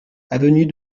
avenue